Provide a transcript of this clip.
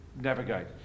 navigate